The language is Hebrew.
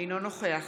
אינו נוכח